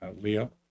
Leo